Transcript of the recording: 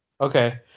Okay